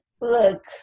Look